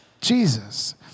Jesus